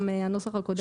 גם בנוסח הקודם,